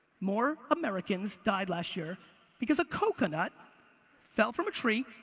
more americans died last year because a coconut fell from a tree,